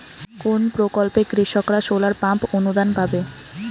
কোন প্রকল্পে কৃষকরা সোলার পাম্প অনুদান পাবে?